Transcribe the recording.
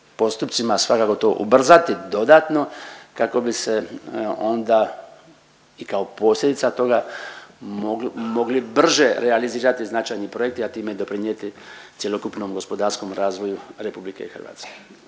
postupcima svakako to ubrzati dodatno kako bi se onda i kao posljedica toga mogli brže realizirati značajni projekti, a time i doprinijeti cjelokupnom gospodarskom razvoju Republike Hrvatske.